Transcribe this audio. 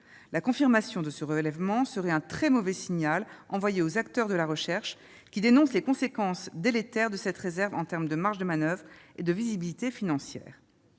La confirmation de ce relèvement serait un très mauvais signal envoyé aux acteurs de la recherche, qui dénoncent les conséquences délétères de cette réserve en termes de marge de manoeuvre et de visibilité financières.